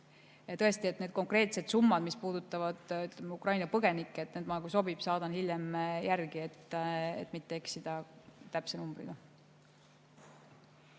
jätkub. Ent need konkreetsed summad, mis puudutavad Ukraina põgenikke, kui sobib, ma saadan hiljem järgi, et mitte eksida täpse numbriga.